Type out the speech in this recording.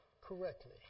correctly